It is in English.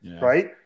Right